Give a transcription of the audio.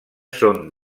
són